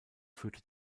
führte